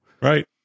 right